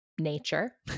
nature